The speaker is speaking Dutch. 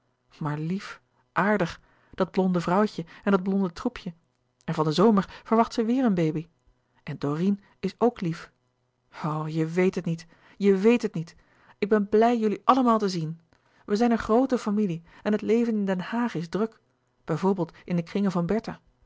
maar lief aardig dat blonde vrouwtje en dat blonde troepje en van den zomer verwacht ze weêr een baby en dorine is ook lief o je weet het niet je weet het niet ik ben blij jullie allemaal te zien wij zijn een groote familie en het leven in den louis couperus de boeken der kleine zielen haag is druk bijvoorbeeld in de kringen van bertha